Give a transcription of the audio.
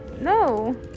No